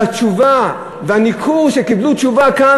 והתשובה והניכור שקיבלו בתשובה כאן,